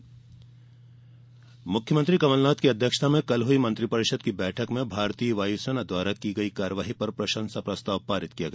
मंत्रिपरिषद निर्णय मुख्यमंत्री कमल नाथ की अध्यक्षता में कल हई मंत्रिपरिषद की बैठक में भारतीय वायू सेना द्वारा की गई कार्यवाही पर प्रशंसा प्रस्ताव पारित किया गया